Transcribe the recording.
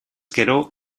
gero